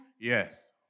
Yes